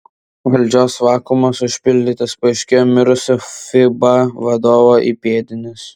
valdžios vakuumas užpildytas paaiškėjo mirusio fiba vadovo įpėdinis